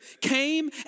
came